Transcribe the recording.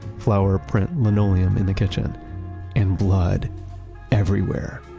flower print linoleum in the kitchen and blood everywhere.